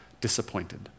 disappointed